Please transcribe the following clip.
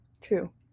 True